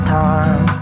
time